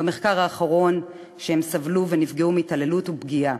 במחקר האחרון שהם סבלו ונפגעו מהתעללות ופגיעה.